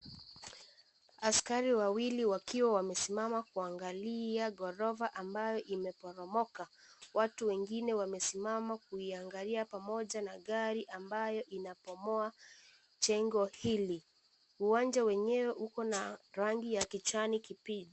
Askari wawili wakiwa wamesimama kuangalia ghorofa ambayo imeporomoka, watu wengine wamesimama kuiangalia pamoja na gari ambayo inabomoa jengo hili, uwanja wenyewe uko na rangi ya kijani kibichi.